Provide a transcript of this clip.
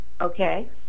okay